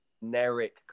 generic